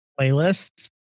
Playlists